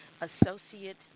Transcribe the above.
associate